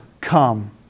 come